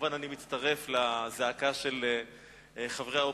מובן שאני מצטרף לזעקה של חברי האופוזיציה.